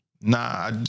nah